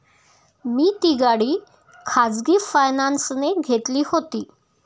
मी ती गाडी खाजगी फायनान्सने घेतली होती